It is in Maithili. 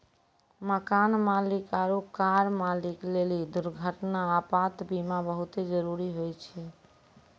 मकान मालिक आरु कार मालिक लेली दुर्घटना, आपात बीमा बहुते जरुरी होय छै